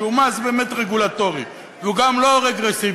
שהוא מס באמת רגולטורי והוא גם לא רגרסיבי,